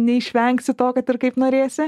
neišvengsi to kad ir kaip norėsi